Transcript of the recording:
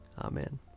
Amen